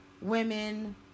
women